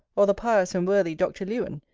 or the pious and worthy dr. lewen,